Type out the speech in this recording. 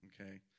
okay